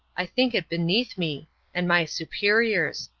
i think it beneath me and my superiors!